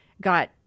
got